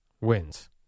Wins